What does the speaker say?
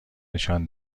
نشان